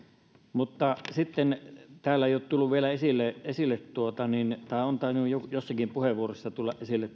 sitten täällä eivät ole vielä tulleet esille pyörätiet tai ovat tainneet jossakin puheenvuorossa tulla esille